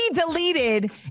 deleted